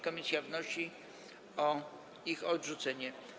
Komisja wnosi o ich odrzucenie.